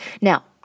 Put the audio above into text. Now